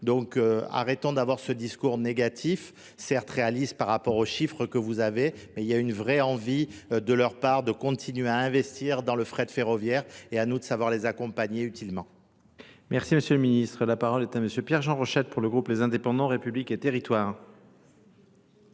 Donc arrêtons d'avoir ce discours négatif, certes réaliste par rapport aux chiffres que vous avez, mais il y a une vraie envie de leur part de continuer à investir dans le frais de ferroviaire et à nous de savoir les accompagner utilement. Merci Monsieur le Ministre. La parole est à Monsieur Pierre-Jean Rochette pour le groupe Les Indépendants, République et Territoires.